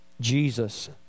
Jesus